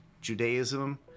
Judaism